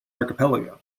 archipelago